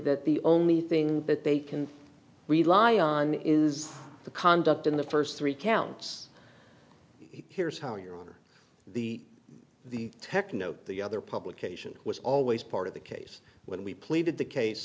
that the only thing that they can rely on is the conduct in the first three counts here's how your honor the the tekno the other publication was always part of the case when we pleaded the case